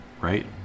right